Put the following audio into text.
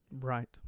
Right